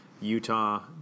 Utah